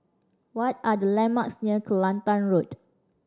what are the landmarks near Kelantan Road